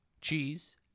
cheese